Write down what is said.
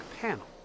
panel